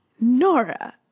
nora